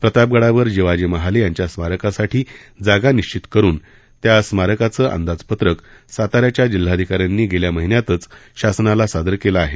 प्रतापगडावर जिवाजी महाले यांच्या स्मारकासाठी जागा निश्चीत करुन त्या स्मारकाचे अंदाजपत्रक साता याच्या जिल्हाधिका यांनी गेल्या महिन्यातच शासनाला सादर केलं आहे